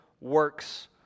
works